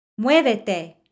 Muévete